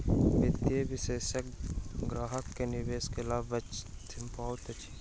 वित्तीय विशेलषक ग्राहक के निवेश के लाभ बतबैत अछि